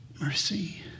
Mercy